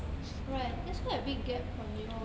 right that's quite a big gap from you all